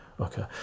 okay